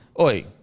Oi